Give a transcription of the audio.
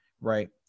right